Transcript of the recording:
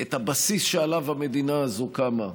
את הבסיס שעליו המדינה הזאת קמה,